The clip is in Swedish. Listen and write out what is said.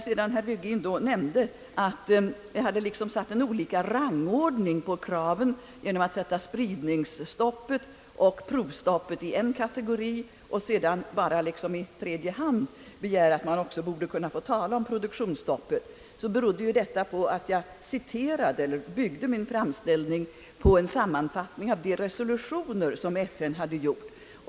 Herr Virgin nämnde, att jag i detta inlägg skulle ha infört en rangordning på kraven genom att sätta spridningsstopp och provstopp i en kategori och bara begära rätt att därjämte få tala om produktionsstopp. Det är en missuppfattning som väl beror på att jag byggde min framställning på en sammanfattning av de resolutioner som FN hade gjort.